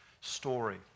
story